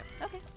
okay